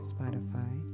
Spotify